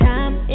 Time